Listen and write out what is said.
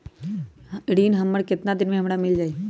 ऋण हमर केतना दिन मे हमरा मील जाई?